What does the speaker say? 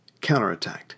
counterattacked